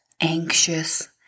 anxious